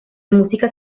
música